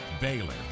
Baylor